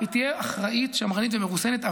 היא תהיה אחראית, שמרנית ומרוסנת.